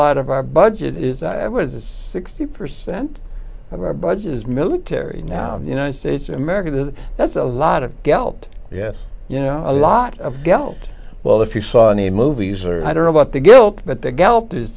lot of our budget is i was sixty percent of our budget is military now the united states of america that that's a lot of gelt yes you know a lot of gelt well if you saw in the movies or i don't know about the guilt but the gallup does